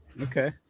Okay